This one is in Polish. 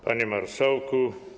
Panie Marszałku!